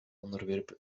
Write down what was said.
onderwerp